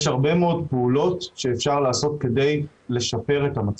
יש הרבה מאוד פעולות שאפשר לעשות כדי לשפר את המצב.